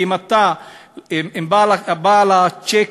כי אם בעל הצ'ק,